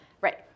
Right